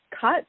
Cut